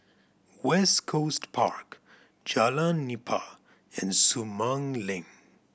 West Coast Park Jalan Nipah and Sumang Link